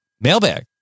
mailbag